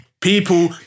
people